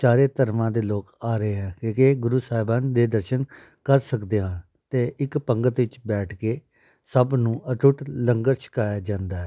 ਚਾਰੇ ਧਰਮਾਂ ਦੇ ਲੋਕ ਆ ਰਹੇ ਹੈ ਕਿਉਂਕਿ ਗੁਰੂ ਸਾਹਿਬਾਨ ਦੇ ਦਰਸ਼ਨ ਕਰ ਸਕਦੇ ਹਾਂ ਅਤੇ ਇੱਕ ਪੰਗਤ ਵਿੱਚ ਬੈਠ ਕੇ ਸਭ ਨੂੰ ਅਟੁੱਟ ਲੰਗਰ ਛਕਾਇਆ ਜਾਂਦਾ